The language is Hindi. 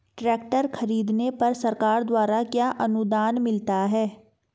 ट्रैक्टर खरीदने पर सरकार द्वारा क्या अनुदान मिलता है?